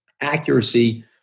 accuracy